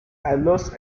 aulus